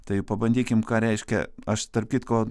tai pabandykim ką reiškia aš tarp kitko